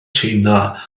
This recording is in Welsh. china